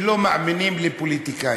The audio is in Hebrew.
שלא מאמינים לפוליטיקאים.